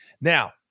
Now